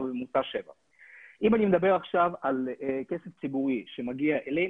אבל בממוצע 7. אם אני מדבר עכשיו על כסף ציבורי שמגיע אלינו,